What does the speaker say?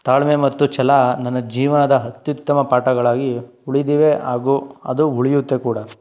ತಾಳ್ಮೆ ಮತ್ತು ಛಲ ನನ್ನ ಜೀವನದ ಅತ್ಯುತ್ತಮ ಪಾಠಗಳಾಗಿ ಉಳಿದಿವೆ ಆಗೂ ಅದು ಉಳಿಯುತ್ತೆ ಕೂಡ